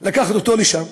לקחת אותו לשם,